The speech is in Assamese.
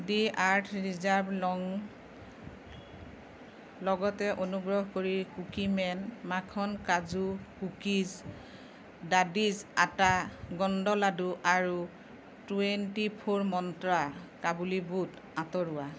দ্য আৰ্থ ৰিজাৰ্ভ লং লগতে অনুগ্ৰহ কৰি কুকিমেন মাখন কাজু কুকিজ দাদিছ আটা গণ্ড লাড়ু আৰু টুৱেণ্টি ফ'ৰ মন্ত্ৰা কাবুলী বুট আঁতৰোৱা